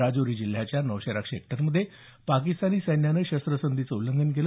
राजौरी जिल्ह्याच्या नौशेरा सेक्टरमध्ये पाकिस्तानी सैन्यानं शस्त्रसंधीचं उल्लंघन केलं